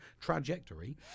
Trajectory